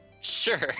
Sure